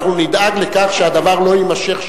אנחנו נדאג לכך שהדבר לא יימשך שנים.